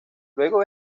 luego